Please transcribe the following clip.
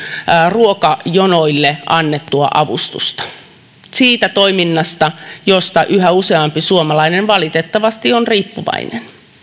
ruokajonoille annettua avustusta leikannut siitä toiminnasta josta yhä useampi suomalainen valitettavasti on riippuvainen